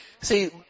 See